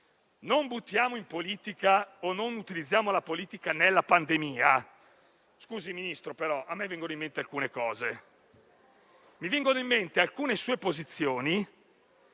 politica, mi dice di non utilizzare la politica nella pandemia, scusi, Ministro, però a me vengono in mente alcune cose. Mi vengono in mente alcune sue posizioni